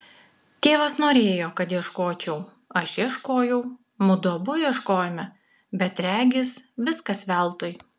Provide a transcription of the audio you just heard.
tėvas norėjo kad ieškočiau aš ieškojau mudu abu ieškojome bet regis viskas veltui